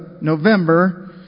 November